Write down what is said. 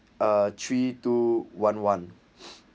uh three two one one